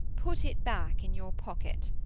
put it back in your pocket.